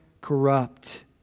corrupt